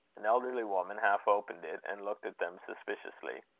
an elderly woman half opened it and looked at them suspiciously.